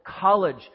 College